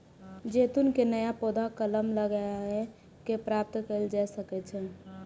जैतून के नया पौधा कलम लगाए कें प्राप्त कैल जा सकै छै